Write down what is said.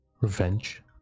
Revenge